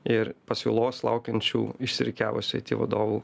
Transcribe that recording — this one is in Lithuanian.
ir pasiūlos laukiančių išsirikiavusių aiti vadovų